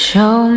Show